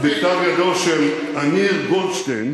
בכתב ידו של אמיר גולדשטיין,